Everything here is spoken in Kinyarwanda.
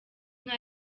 nka